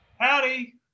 Howdy